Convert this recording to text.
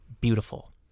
beautiful